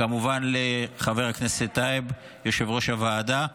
כמובן לחבר הכנסת טייב, יושב-ראש הוועדה.